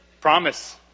Promise